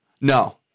No